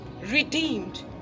Redeemed